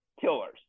killers